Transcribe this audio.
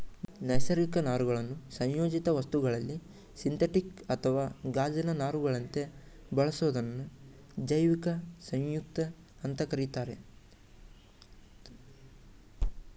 ನೈಸರ್ಗಿಕ ನಾರುಗಳನ್ನು ಸಂಯೋಜಿತ ವಸ್ತುಗಳಲ್ಲಿ ಸಿಂಥೆಟಿಕ್ ಅಥವಾ ಗಾಜಿನ ನಾರುಗಳಂತೆ ಬಳಸೋದನ್ನ ಜೈವಿಕ ಸಂಯುಕ್ತ ಅಂತ ಕರೀತಾರೆ